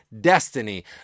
destiny